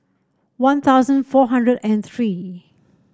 One Thousand four hundred and three